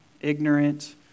ignorant